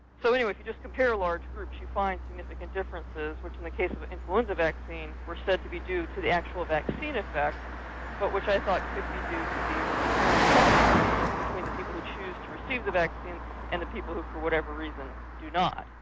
so anyway if you just compare large groups you find significant differences which in the case of influenza vaccine were said to be due to the actual vaccine effect but which i thought could be due to these inherent health differences between the people who choose to receive the vaccine and the people who, for whatever reason, do not.